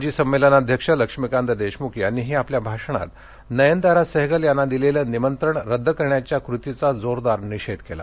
माजी संमेलनाध्यक्ष लक्ष्मीकांत देशमुख यांनीही आपल्या भाषणात नयनतारा सहगल यांना दिलेलं निमंत्रण रद्द करण्याच्या कृतीचा जोरदार निषेध केला